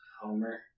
Homer